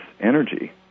energy